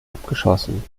abgeschossen